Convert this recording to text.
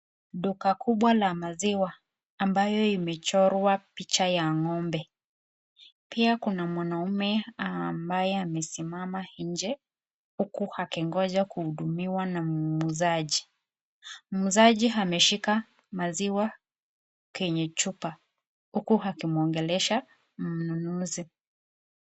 Duka kubwa la maziwa ambayo imechorwa picha ya ng'ombe, pia kuna mwanaume ambaye amesimama nje huku akingoja kuhudumiwa na muuzaji, muuzaji ameshika maziwa kwenye chupa, huku akimwongelesha mnunuzi.